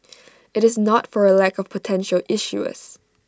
IT is not for A lack of potential issuers